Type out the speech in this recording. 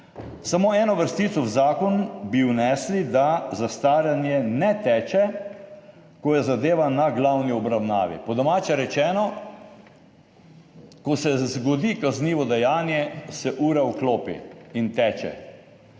»samo eno vrstico v zakon bi vnesli – da zastaranje ne teče, ko je zadeva na glavni obravnavi.« Po domače rečeno, ko se zgodi kaznivo dejanje, se ura vklopi in teče.